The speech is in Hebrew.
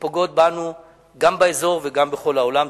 שפוגעות בנו גם באזור וגם בכל העולם.